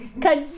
Cause